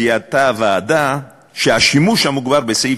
זיהתה הוועדה שהשימוש המוגבר בסעיף